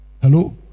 Hello